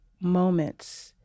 moments